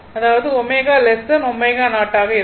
அதாவது ω ω0 ஆக இருக்கும்